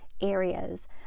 areas